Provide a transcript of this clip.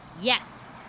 Yes